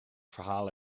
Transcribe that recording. verhalen